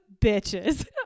bitches